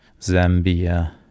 Zambia